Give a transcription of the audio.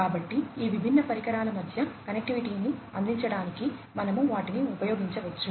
కాబట్టి ఈ విభిన్న పరికరాల మధ్య కనెక్టివిటీని అందించడానికి మనము వాటిని ఉపయోగించవచ్చు